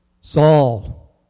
Saul